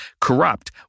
corrupt